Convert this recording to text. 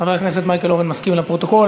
חבר הכנסת מייקל אורן מסכים, לפרוטוקול.